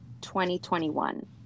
2021